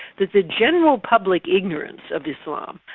that the general public ignorance of islam,